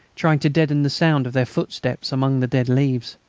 trying to deaden the sound of their footsteps among the dead leaves.